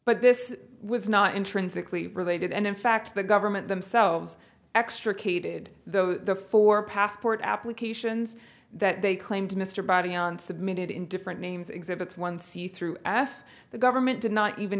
but this was not intrinsically related and in fact the government themselves extricated though the four passport applications that they claimed to mr body on submitted in different names exhibits one see through after the government did not even